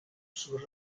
sur